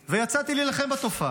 ויצאתי להילחם בתופעה.